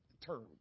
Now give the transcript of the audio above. term